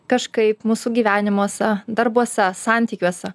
kažkaip mūsų gyvenimuose darbuose santykiuose